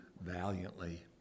valiantly